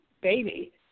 baby